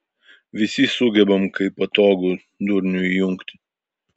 visi sugebam kai patogu durnių įjungti